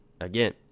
again